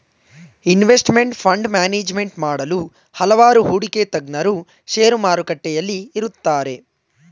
investment fund management ಮಾಡಲು ಹಲವಾರು ಹೂಡಿಕೆ ತಜ್ಞರು ಶೇರು ಮಾರುಕಟ್ಟೆಯಲ್ಲಿ ಇರುತ್ತಾರೆ